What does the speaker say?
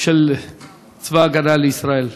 של צבא ההגנה לישראל.